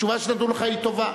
התשובה שנתנו לך היא טובה.